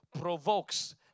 provokes